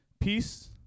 Peace